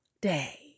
day